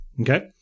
Okay